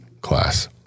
class